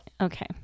Okay